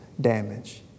damage